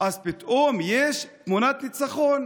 ואז פתאום יש תמונת ניצחון.